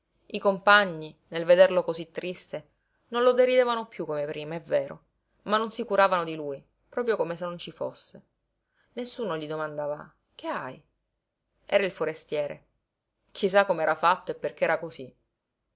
i compagni nel vederlo cosí triste non lo deridevano piú come prima è vero ma non si curavano di lui proprio come se non ci fosse nessuno gli domandava che hai era il forestiere chi sa com'era fatto e perché era cosí